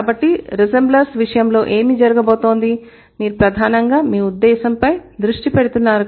కాబట్టి రిసెంబ్లర్స్ విషయంలో ఏమి జరగబోతోంది మీరు ప్రధానంగా మీ ఉద్దేశ్యంపై దృష్టి పెడుతున్నారు